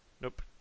Nope